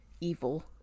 evil